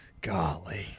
Golly